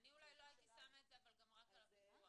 אני אולי לא הייתי שמה את זה רק על הפיקוח.